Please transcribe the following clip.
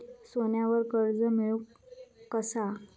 सोन्यावर कर्ज मिळवू कसा?